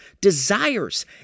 desires